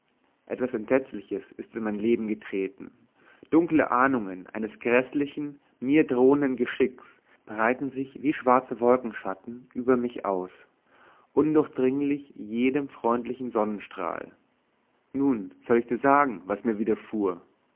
etwas entsetzliches ist in mein leben getreten dunkle ahnungen eines gräßlichen mir drohenden geschicks breiten sich wie schwarze wolkenschatten über mich aus undurchdringlich jedem freundlichen sonnenstrahl nun soll ich dir sagen was mir widerfuhr